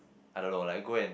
I don't know lah you go and